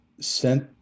sent